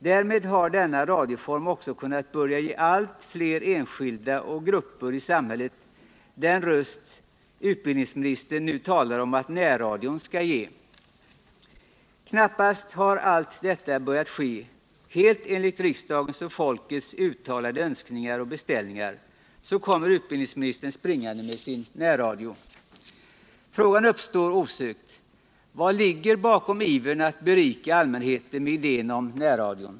Därmed har denna radioform också kunnat börja ge allt fler enskilda och grupper i samhället den röst utbildningsministern nu talar om att närradion skall ge. Knappt har allt detta börjat ske, helt enligt riksdagens och folkets uttalade önskningar och beställningar, så kommer utbildningsministern springande med sin närradio. Frågan uppstår osökt: Vad ligger bakom ivern att berika allmänheten med idén om närradion?